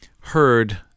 heard